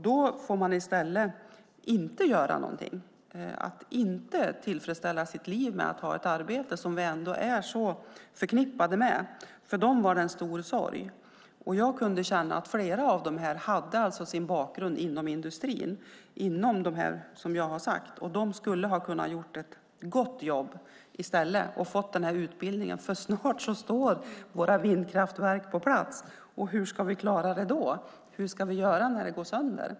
De får inte göra någonting och har inte tillfredsställelsen av ett arbete, som våra liv är så förknippade med. För dem var det en stor sorg. Flera av dem hade alltså sin bakgrund inom industrin, och de skulle ha kunnat göra ett gott jobb om de fått den här utbildningen. Snart står våra vindkraftverk på plats, och hur ska vi klara det då? Hur ska vi göra när det går sönder?